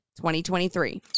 2023